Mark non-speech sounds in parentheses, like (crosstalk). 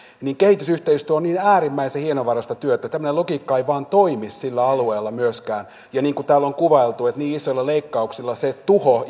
että kehitysyhteistyö on niin äärimmäisen hienovaraista työtä että tämmöinen logiikka ei vain toimi sillä alueella myöskään ja niin kuin täällä on kuvailtu niin isoilla leikkauksilla se tuho (unintelligible)